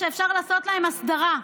אפשר לעשות להם הסדרה,